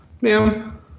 ma'am